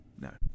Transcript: No